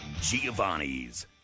Giovanni's